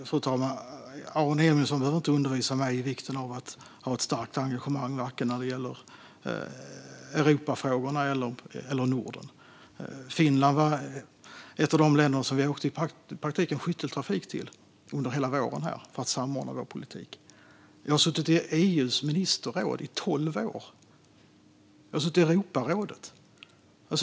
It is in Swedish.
Fru talman! Aron Emilsson behöver inte undervisa mig om vikten av att ha ett starkt engagemang vare sig när det gäller Europafrågorna eller när det gäller Norden. Finland var ett av de länder som vi i praktiken åkte i skytteltrafik till under hela våren för att samordna politiken. Jag har suttit i EU:s ministerråd i tolv år. Jag har suttit i Europarådet.